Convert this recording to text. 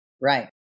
right